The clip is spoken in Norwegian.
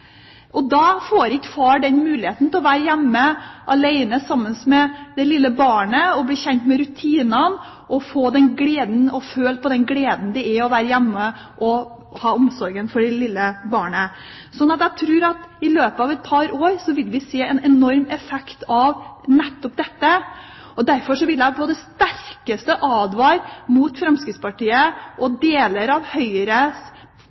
ferie. Da får ikke far muligheten til å være hjemme alene sammen med det lille barnet, bli kjent med rutinene og føle på gleden ved å være hjemme og ha omsorgen for barnet. Jeg tror at i løpet av et par år vil vi se en enorm effekt av nettopp dette. Derfor vil jeg på det sterkeste advare mot Fremskrittspartiet,